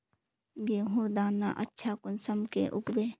गेहूँर दाना अच्छा कुंसम के उगबे?